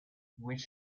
which